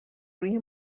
روی